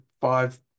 five